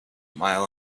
mile